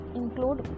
include